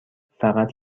فقط